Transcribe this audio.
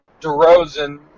DeRozan